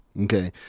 okay